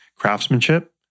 craftsmanship